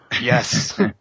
Yes